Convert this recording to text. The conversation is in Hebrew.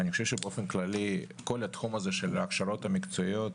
באופן כללי כל תחום ההכשרות המקצועיות,